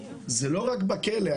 זה לא רק בכלא.